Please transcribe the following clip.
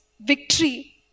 victory